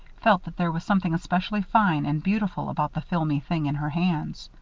felt that there was something especially fine and beautiful about the filmy thing in her hands.